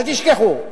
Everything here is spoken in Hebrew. אל תשכחו.